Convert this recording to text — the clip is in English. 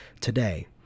today